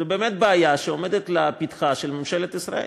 זו באמת בעיה שעומדת לפתחה של ממשלת ישראל,